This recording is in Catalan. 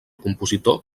compositor